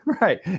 Right